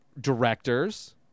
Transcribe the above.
directors